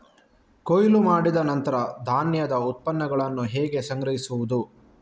ಕೊಯ್ಲು ಮಾಡಿದ ನಂತರ ಧಾನ್ಯದ ಉತ್ಪನ್ನಗಳನ್ನು ಹೇಗೆ ಸಂಗ್ರಹಿಸುವುದು?